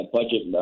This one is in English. budget